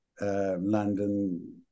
London